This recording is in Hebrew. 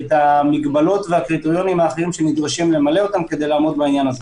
והמגבלות והקריטריונים האחרים שנדרשים למלא כדי לעמוד בעניין הזה.